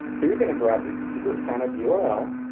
here you're going to grab the secret sign up yeah url,